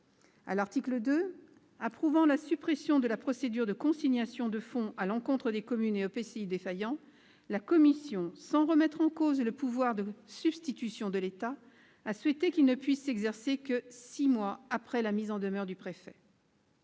À l'article 2, approuvant la suppression de la procédure de consignation de fonds à l'encontre des communes et EPCI défaillants, la commission, sans remettre en cause le pouvoir de substitution de l'État, a souhaité qu'il ne puisse s'exercer que six mois après la mise en demeure du préfet.